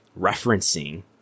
referencing